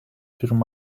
tear